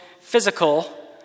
physical